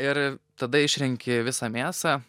ir tada išrenki visą mėsą